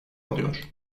alıyor